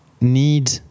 need